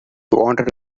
wanted